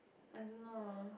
I don't know